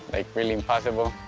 like, really impossible.